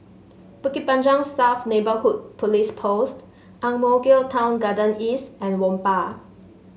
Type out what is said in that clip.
Bukit Panjang South Neighbourhood Police Post Ang Mo Kio Town Garden East and Whampoa